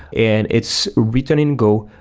and it's written in go.